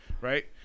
Right